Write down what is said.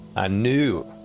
i knew